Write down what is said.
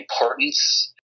importance